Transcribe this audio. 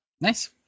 nice